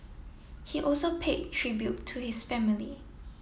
he also paid tribute to his family